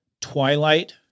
twilight